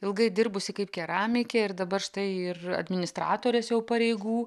ilgai dirbusi kaip keramikė ir dabar štai ir administratorės jau pareigų